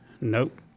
Nope